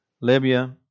Libya